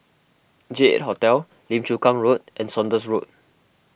J eight Hotel Lim Chu Kang Road and Saunders Road